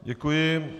Děkuji.